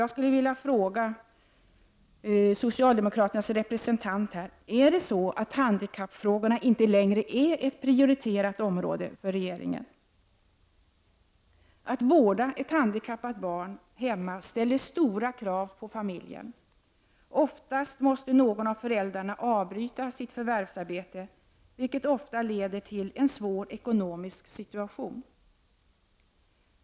Jag vill därför fråga socialdemokraternas representant här: Är handikappfrågorna inte längre ett prioriterat område för regeringen? Att vårda ett handikappat barn hemma ställer stora krav på familjen. Oftast måste någon av föräldrarna avbryta sitt förvärvsarbete, vilket kan leda till en svår ekonomisk situation.